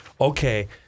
Okay